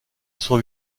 son